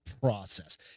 process